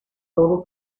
sólo